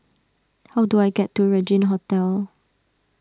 how do I get to Regin Hotel